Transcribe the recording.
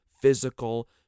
physical